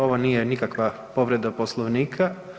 Ovo nije nikakva povreda Poslovnika.